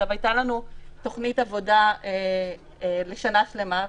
הייתה לנו תוכנית עבודה לשנה שלמה,